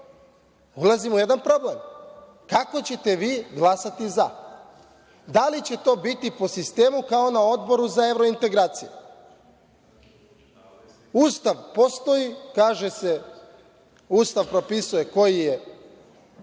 ulazimo u jedan problem – kako ćete vi glasati za? Da li će to biti po sistemu kao na Odboru za evrointegracije? Ustav postoji. Ustav propisuje koji je